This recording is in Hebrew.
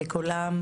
בוקר טוב לכולם,